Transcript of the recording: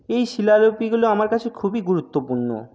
এই শিলালিপিগুলো আমার কাছে খুবই গুরুত্বপূর্ণ